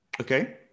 Okay